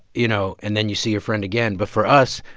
you know, and then you see your friend again but for us,